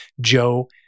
Joe